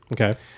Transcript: okay